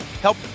help